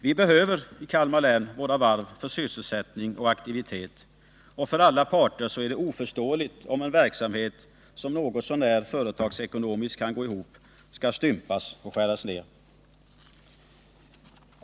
Vi behöver i Kalmar län våra varv för sysselsättning och aktivitet, och för alla parter är det oförståeligt om en verksamhet som något så när företagsekonomiskt kan gå ihop skall stympas och skäras ned.